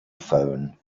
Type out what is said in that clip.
phone